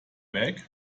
bake